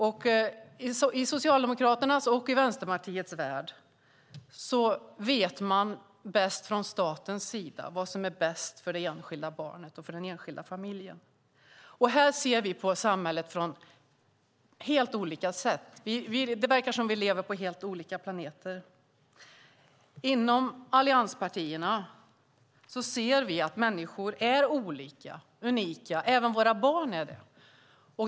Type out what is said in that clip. I Socialdemokraternas och Vänsterpartiets värld vet man bäst från statens sida vad som är bäst för det enskilda barnet och för den enskilda familjen. Här ser vi på samhället på helt olika sätt. Det verkar som att vi lever på helt olika planeter. Inom allianspartierna ser vi att människor är olika, unika. Även våra barn är det.